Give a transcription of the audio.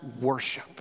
worship